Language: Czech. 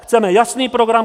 Chceme jasný program.